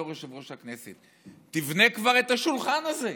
בתור יושב-ראש הכנסת: תבנה כבר את השולחן הזה.